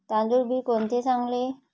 तांदूळ बी कोणते चांगले?